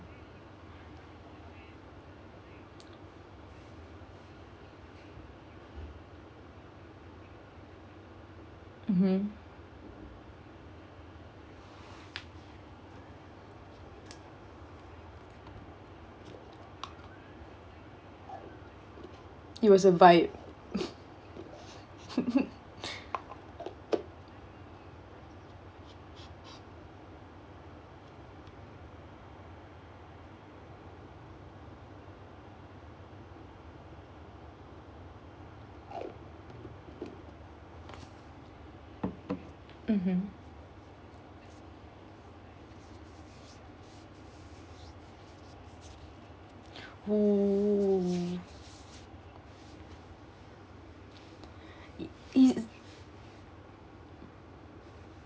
mmhmm it was a vibe mmhmm oh is